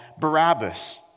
Barabbas